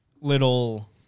little